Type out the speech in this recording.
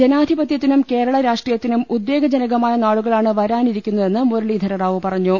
ജനാധിപത്യത്തിനും കേരള രാഷ്ട്രീ യത്തിനും ഉദ്ദേകജനകമായ നാളുകളാണ് വരാനിരിക്കുന്നതെന്ന് മുരളീധര റാവു പറഞ്ഞു